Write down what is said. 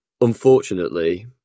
unfortunately